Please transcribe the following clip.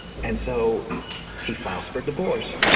and so he files for divorce.